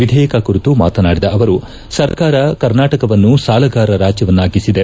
ವಿಧೇಯಕ ಕುರಿತು ಮಾತನಾಡಿದ ಅವರು ಸರ್ಕಾರ ಕರ್ನಾಟಕವನ್ನು ಸಾಲಗಾರ ರಾಜ್ಯವನ್ನಾಗಿಸಿದೆ